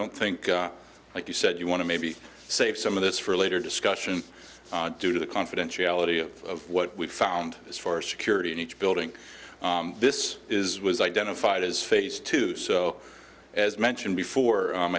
don't think like you said you want to maybe save some of this for later discussion due to the confidentiality of what we found as far as security in each building this is was identified as phase two so as mentioned before